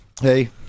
Hey